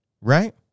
right